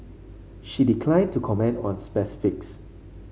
she declined to comment on specifics